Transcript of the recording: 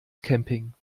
camping